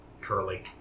curly